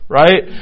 right